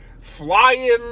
flying